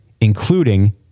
including